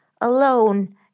alone